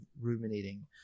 ruminating